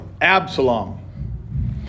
Absalom